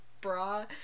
bra